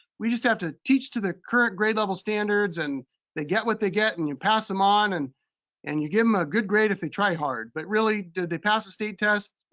we just have to teach to the current grade level standards, and they get what they get and you pass em on. and and you give em a good grade if they try hard. but really do they pass the state test?